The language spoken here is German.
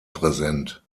präsent